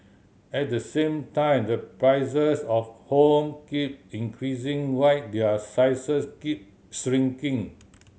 at the same time the prices of home keep increasing while their sizes keep shrinking